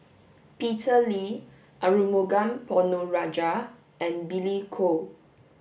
Peter Lee Arumugam Ponnu Rajah and Billy Koh